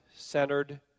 centered